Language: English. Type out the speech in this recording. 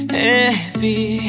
heavy